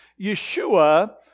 Yeshua